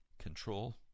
control